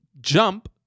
JUMP